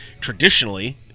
traditionally